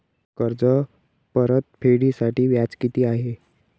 कर्ज परतफेडीसाठी व्याज किती आहे?